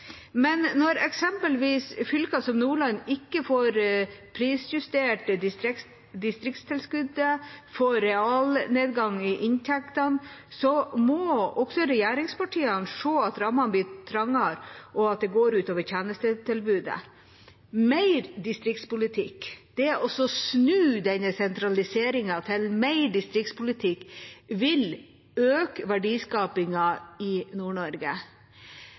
Men når eksempelvis et fylke som Nordland ikke får prisjustert distriktstilskuddet og får realnedgang i inntektene, må også regjeringspartiene se at rammene blir trangere og at det går ut over tjenestetilbudet. Mer distriktspolitikk, det å snu denne sentraliseringen til mer distriktspolitikk, vil øke verdiskapingen i